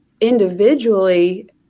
individually